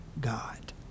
God